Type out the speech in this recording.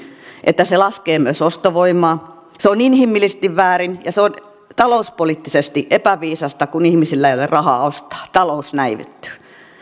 että se laskee myös ostovoimaa se on inhimillisesti väärin ja se on talouspoliittisesti epäviisasta kun ihmisillä ei ole rahaa ostaa talous näivettyy